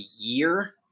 year